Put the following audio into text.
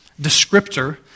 descriptor